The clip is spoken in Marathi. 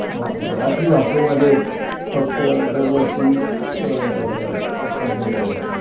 बा मराठी भाषेमध्येच फक्त दरवर्षी संमेलन होतं